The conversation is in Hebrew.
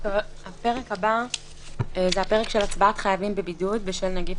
"פרק י3ב: הצבעת חייבים בבידוד בשל נגיף